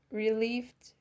relieved